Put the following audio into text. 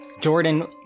Jordan